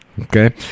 Okay